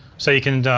so you can,